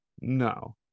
no